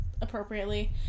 appropriately